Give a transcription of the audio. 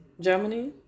Germany